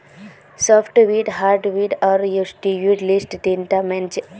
softwood hardwood आर pseudowood लिस्टत तीनटा मेन छेक